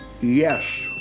Yes